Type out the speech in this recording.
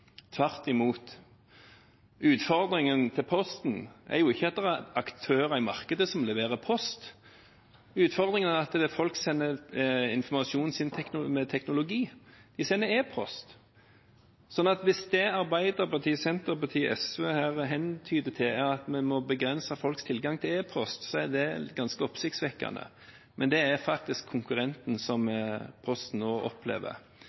tvert imot. Utfordringen til Posten er ikke at det er aktører i markedet som leverer post, utfordringen er at folk sender informasjonen sin med teknologi. De sender e-post. Så hvis Arbeiderpartiet, Senterpartiet og SV her hentyder til at vi må begrense folks tilgang til e-post, er det ganske oppsiktsvekkende. Men det er faktisk den konkurrenten Posten opplever nå.